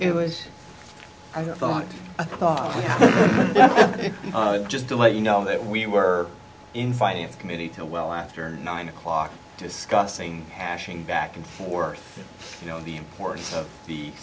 it was i thought i thought that just to let you know that we were in finance committee to well after nine o'clock discussing hashing back and forth you know the importance of the